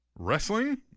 Wrestling